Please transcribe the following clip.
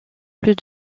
plus